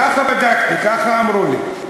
כך בדקתי, כך אמרו לי.